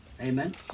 Amen